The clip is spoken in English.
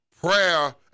prayer